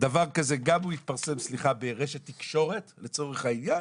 דבר כזה, גם אם יתפרסם ברשת תקשורת לצורך העניין,